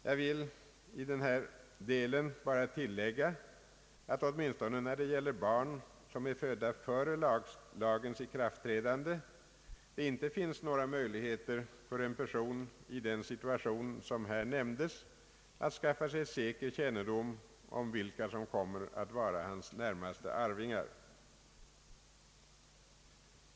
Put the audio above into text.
Jag vill i denna del bara tillägga att åtminstone när det gäller barn, som är födda före lagens ikraftträdande så finns det inte möjligheter för en person i den situation, som här nämndes, att skaffa sig säker kännedom om vilka som kommer att vara hans närmaste arvingar.